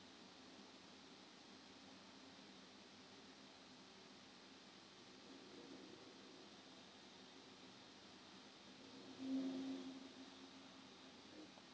mm